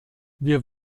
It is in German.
wir